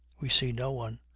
we see no one,